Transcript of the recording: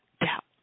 doubt